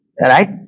right